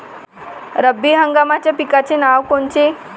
रब्बी हंगामाच्या पिकाचे नावं कोनचे?